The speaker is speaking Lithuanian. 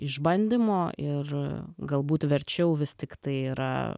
išbandymo ir galbūt verčiau vis tiktai yra